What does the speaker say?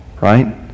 Right